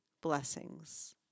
Blessings